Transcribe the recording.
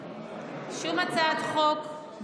שום הצעת חוק,